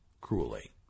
cruelly